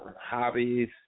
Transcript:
hobbies